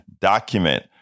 document